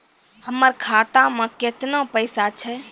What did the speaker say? हमर खाता मैं केतना पैसा छह?